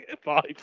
Five